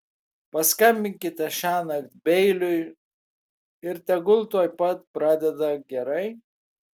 paskambinkite šiąnakt beiliui ir tegul tuoj pat pradeda gerai